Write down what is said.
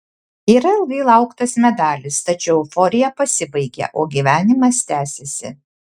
yra ilgai lauktas medalis tačiau euforija pasibaigia o gyvenimas tęsiasi